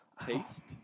Taste